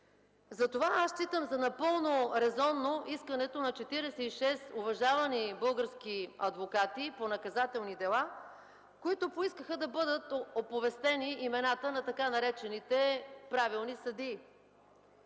Затова аз считам за напълно резонно искането на 46 уважавани български адвокати по наказателни дела, които поискаха да бъдат оповестени имената на така наречените правилни съдии